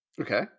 Okay